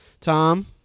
Tom